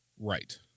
right